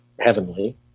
heavenly